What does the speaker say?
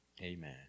Amen